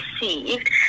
received